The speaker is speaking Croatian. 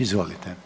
Izvolite.